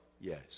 Yes